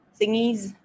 thingies